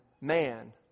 man